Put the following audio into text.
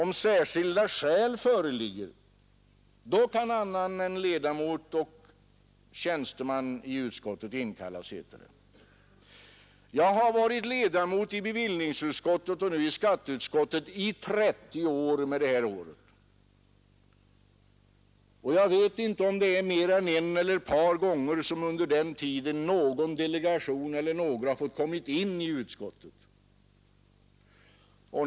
Om särskilda skäl föreligger kan annan än ledamot eller tjänsteman i utskottet inkallas, heter det. Jag har i och med detta år varit ledamot i bevillningsutskottet och skatteutskottet i 30 år. Under denna tid har bara en eller ett par gånger någon delegation eller några andra fått komma in i utskottet.